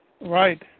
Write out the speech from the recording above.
Right